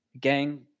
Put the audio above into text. gang